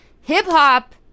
hip-hop